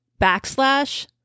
backslash